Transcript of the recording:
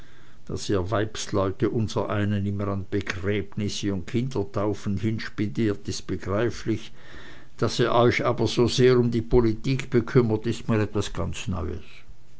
daß ihr weibsleute unsereinen immer an begräbnisse und kindertaufen hinspediert ist begreiflich daß ihr euch aber so sehr um die politik bekümmert ist mir ganz etwas neues